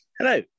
Hello